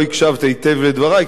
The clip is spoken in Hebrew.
לא הקשבת היטב לדברי,